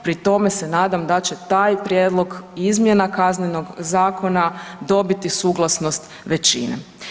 Pri tome se nadam da će taj prijedlog izmjena Kaznenog zakona dobiti suglasnost većine.